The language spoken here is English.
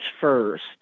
first